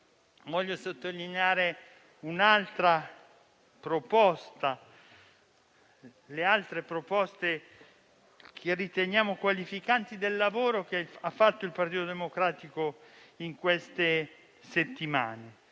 Voglio sottolineare le altre proposte che riteniamo qualificanti del lavoro svolto dal Partito Democratico in queste settimane.